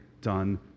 done